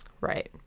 Right